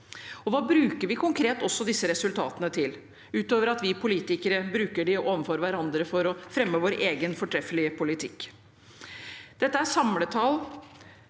Hva bruker vi disse resultatene konkret til – utover at vi politikere bruker dem overfor hverandre for å fremme vår egen fortreffelige politikk? Dette er samletall,